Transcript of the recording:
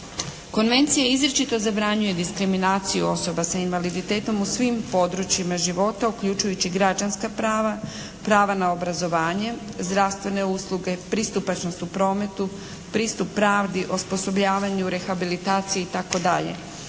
Konvencija izričito zabranjuje diskriminaciju osoba sa invaliditetom u svim područjima života uključujući i građanska prava, prava na obrazovanje, zdravstvene usluge, pristupačnost u prometu, pristup pravdi, osposobljavanju, rehabilitaciji itd.